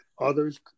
others